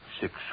Six